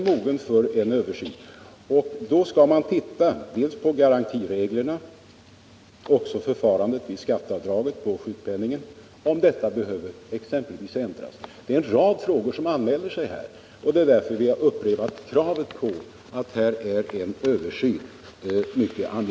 Man skall då se över garantireglerna och om förfarandet vid skatteavdraget på sjukpenningen behöver ändras. Det är en rad frågor som anmäler sig här. Det är därför vi har upprepat kravet på en översyn.